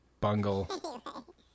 Bungle